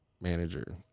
manager